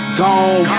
gone